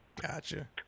Gotcha